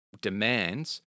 demands